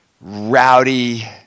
rowdy